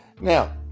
Now